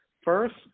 first